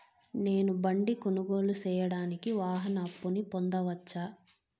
నేను బండి కొనుగోలు సేయడానికి వాహన అప్పును పొందవచ్చా?